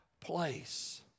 place